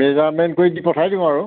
measurement কৰি দি পঠিয়াই দিওঁ আৰু